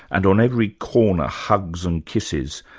and on every corner hugs and kisses.